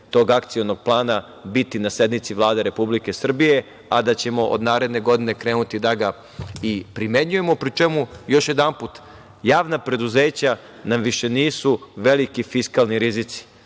tog akcionog plana biti na sednici Vlade Republike Srbije, a da ćemo od naredne godine krenuti da ga i primenjujemo, pri čemu, još jednom, javna preduzeća nam više nisu veliki fiskalni rizici.Sećate